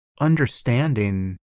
understanding